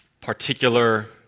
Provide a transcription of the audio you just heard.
particular